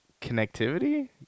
Connectivity